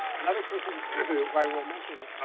another person who i will mention,